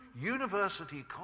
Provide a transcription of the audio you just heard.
university